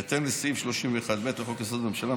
בהתאם לסעיף 31ב לחוק-יסוד: הממשלה,